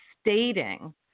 stating